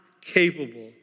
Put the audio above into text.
capable